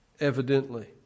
evidently